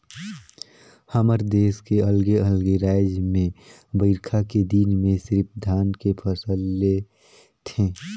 हमर देस के अलगे अलगे रायज में बईरखा के दिन में सिरिफ धान के फसल ले थें